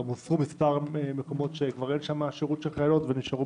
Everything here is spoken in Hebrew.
--- שיש פה